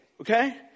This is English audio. okay